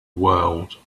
world